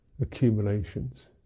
accumulations